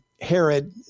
Herod